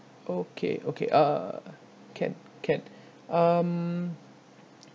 okay okay uh can can um